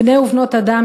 בני ובנות אדם,